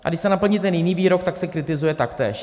A když se naplní ten jiný výrok, tak se kritizuje taktéž.